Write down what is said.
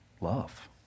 love